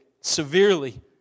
severely